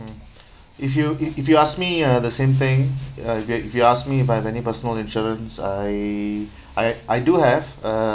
mm if you if you ask me uh the same thing uh if you if you asked me if I have any personal insurance I I I do have uh